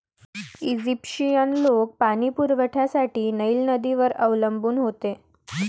Egyptian लोक पाणी पुरवठ्यासाठी नाईल नदीवर अवलंबून होते